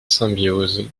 symbiose